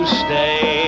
stay